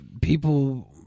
People